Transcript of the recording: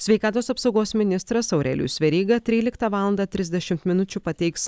sveikatos apsaugos ministras aurelijus veryga tryliktą valandą trisdešimt minučių pateiks